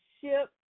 ship